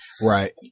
Right